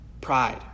Pride